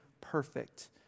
perfect